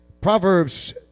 Proverbs